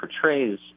portrays